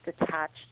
attached